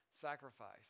sacrifice